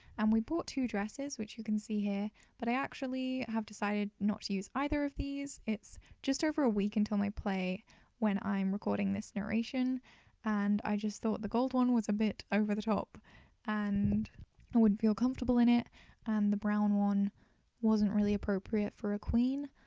and we bought two dresses which you can see here but i actually have decided not to use either of these. it's just over a week until my play when i'm recording this narration and i just thought the gold one was a bit over the top and i wouldn't feel comfortable in it and the brown one wasn't really appropriate for a queen.